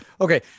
Okay